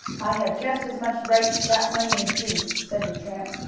i have just as much right to that money as you, said the tramp.